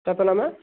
कितने में